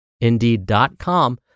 indeed.com